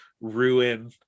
ruin